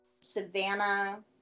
Savannah